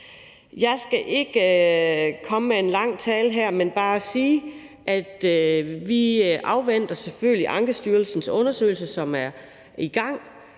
Jeg skal ikke komme med en lang tale her, men bare sige, at vi selvfølgelig afventer Ankestyrelsens undersøgelse, som er i gang.